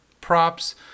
props